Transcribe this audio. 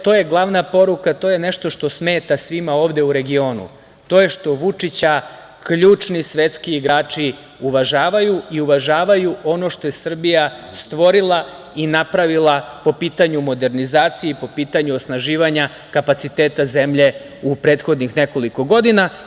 To je glavna poruka, to je nešto što smeta svima ovde u regionu, to je što Vučića ključni svetski igrači uvažavaju, uvažavaju ono što je Srbija stvorila i napravila po pitanju modernizacije, po pitanju osnaživanja kapaciteta zemlje u prethodnih nekoliko godina.